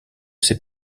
ses